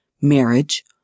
Marriage